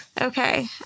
Okay